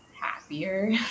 happier